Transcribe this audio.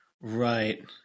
Right